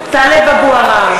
(קוראת בשמות חברי הכנסת) טלב אבו עראר,